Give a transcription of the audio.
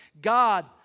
God